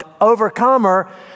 overcomer